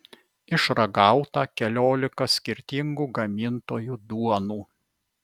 išragauta keliolika skirtingų gamintojų duonų